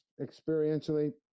Experientially